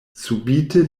subite